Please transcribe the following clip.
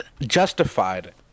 justified